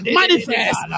manifest